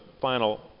final